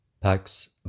Pax